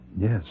Yes